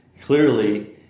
clearly